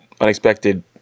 unexpected